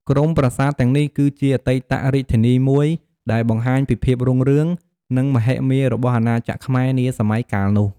ក្រុមប្រាសាទទាំងនេះគឺជា អតីតរាជធានី មួយដែលបង្ហាញពីភាពរុងរឿង និងមហិមារបស់អាណាចក្រខ្មែរនាសម័យកាលនោះ។